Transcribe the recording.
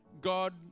God